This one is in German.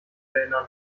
erinnern